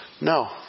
No